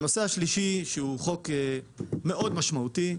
הנושא השלישי, שהוא חוק מאוד משמעותי,